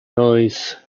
noise